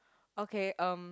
okay um